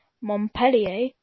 Montpellier